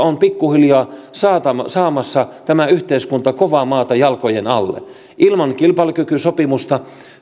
tämä yhteiskunta on pikkuhiljaa saamassa kovaa maata jalkojen alle ilman kilpailukykysopimusta